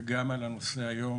וגם על הנושא היום,